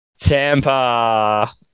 Tampa